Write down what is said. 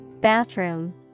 Bathroom